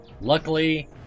Luckily